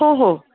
हो हो